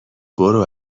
برو